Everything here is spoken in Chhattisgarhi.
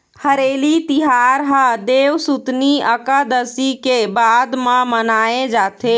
हरेली तिहार ह देवसुतनी अकादसी के बाद म मनाए जाथे